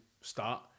start